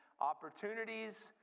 Opportunities